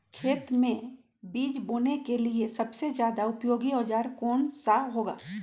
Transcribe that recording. खेत मै बीज बोने के लिए सबसे ज्यादा उपयोगी औजार कौन सा होगा?